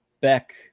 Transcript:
Beck